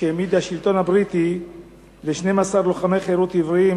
העמיד השלטון הבריטי ל-12 לוחמי חירות עבריים,